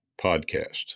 podcast